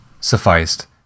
sufficed